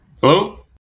Hello